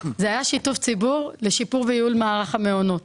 זה היה שיתוף ציבור לשיפור וייעול מערך המעונות.